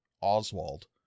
Oswald